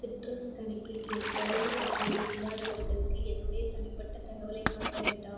citrus கணக்கில் என் தொடர்புப் பட்டியலில் இல்லாதவர்களுக்கு என்னுடைய தனிப்பட்ட தகவலைக் காட்ட வேண்டாம்